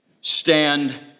stand